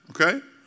okay